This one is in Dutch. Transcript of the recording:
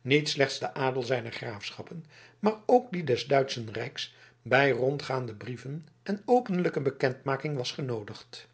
niet slechts de adel zijner graafschappen maar ook die des duitschen rijks bij rondgaande brieven en openlijke bekendmaking was genoodigd